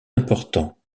important